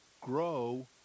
Grow